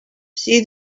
see